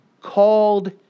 called